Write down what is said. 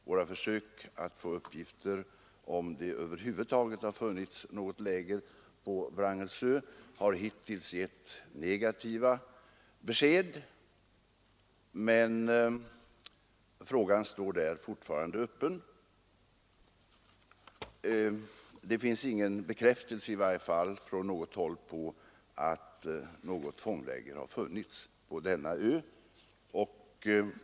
Våra försök att få veta om det över huvud taget har funnits något läger på Wrangels ö har hittills givit negativa resultat, men frågan står fortfarande öppen. Det har i varje fall inte från något håll bekräftats att det funnits något fångläger på denna ö.